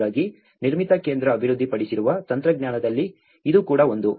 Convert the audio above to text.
ಹಾಗಾಗಿ ನಿರ್ಮಿತಿ ಕೇಂದ್ರ ಅಭಿವೃದ್ಧಿಪಡಿಸಿರುವ ತಂತ್ರಜ್ಞಾನದಲ್ಲಿ ಇದೂ ಕೂಡ ಒಂದು